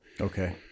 Okay